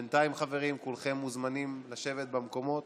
בינתיים, חברים, כולכם מוזמנים לשבת במקומות